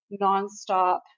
nonstop